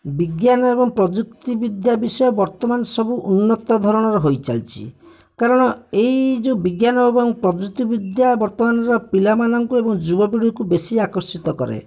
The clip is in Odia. ବିଜ୍ଞାନ ଏବଂ ପ୍ରଯୁକ୍ତି ବିଦ୍ୟା ବିଷୟ ବର୍ତ୍ତମାନ ସବୁ ଉନ୍ନତ ଧରଣର ହୋଇ ଚାଲିଛି କାରଣ ଏଇ ଯେଉଁ ବିଜ୍ଞାନ ଏବଂ ପ୍ରଯୁକ୍ତି ବିଦ୍ୟା ବର୍ତ୍ତମାନର ପିଲାମାନଙ୍କୁ ଏବଂ ଯୁବପିଢ଼ିକୁ ବେଶୀ ଆକର୍ଷିତ କରେ